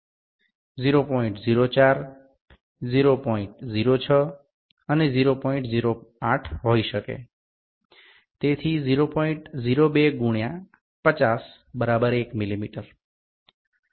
এটি ০০৪ ০০৬ এবং ০০৮ হতে পারে এইভাবে ০০২ গুণিতক ৫০ সমান ১মিমি পর্যন্ত হবে